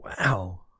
wow